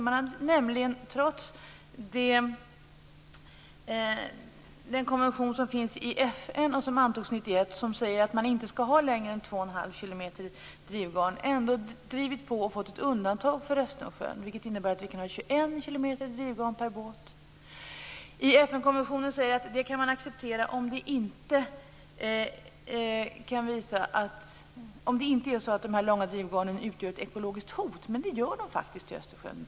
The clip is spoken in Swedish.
Sverige har nämligen, trots den FN-konvention från 1991 som säger att man inte skall ha längre än 2 1⁄2 kilometer drivgarn, ändå drivit på och fått ett undantag för Östersjön. Det innebär att vi kan ha 21 kilometer drivgarn per båt. I FN konventionen sägs att man kan acceptera detta om de långa drivgarnen inte utgör ett ekologiskt hot. Men det gör de i Östersjön.